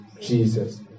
Jesus